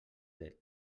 del